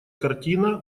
картина